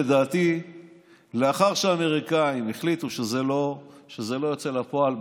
לדעתי לאחר שהאמריקאים החליטו שזה לא יוצא לפועל,